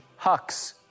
Hux